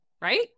right